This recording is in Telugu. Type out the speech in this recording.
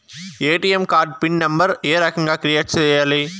ఎ.టి.ఎం కార్డు పిన్ నెంబర్ ఏ రకంగా క్రియేట్ సేయాలి